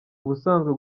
ubusanzwe